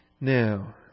Now